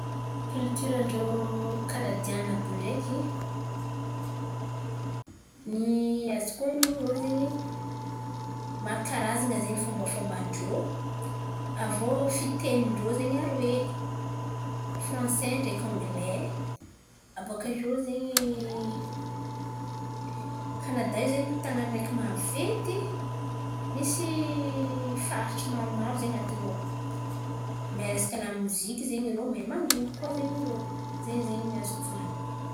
Kilitiran-drô kanadiany àby io ndreky, ny azoko onon̈o irô zen̈y maro karazan̈a zen̈y fombafomban-drô. Aviô fitenin-drô zen̈y aroe fransay ndreky anglay. Abôkaiô zen̈y Kanada io zen̈y tan̈àna araiky maventy misy faritry maromaro zen̈y an̈atiny ao. Mahay resaka lamoziky zen̈y irô. Mahay mandoky koa zen̈y irô. Ze zen̈y azoko volan̈iny.